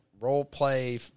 role-play